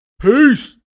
Peace